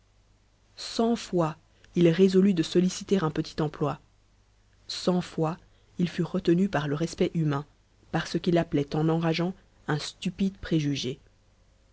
cent fois il résolut de solliciter un petit emploi cent fois il fut retenu par le respect humain par ce qu'il appelait en enrageant un stupide préjugé